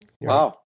wow